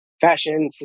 fashion